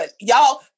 y'all